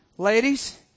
Ladies